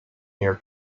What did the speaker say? near